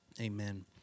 Amen